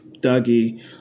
Dougie